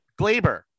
glaber